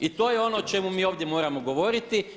I to je ono o čemu mi ovdje moramo govoriti.